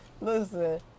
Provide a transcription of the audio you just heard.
Listen